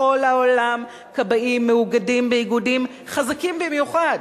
בכל העולם כבאים מאוגדים באיגודים חזקים במיוחד,